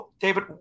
David